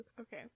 Okay